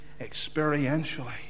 experientially